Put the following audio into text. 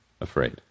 afraid